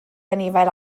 anifail